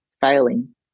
failing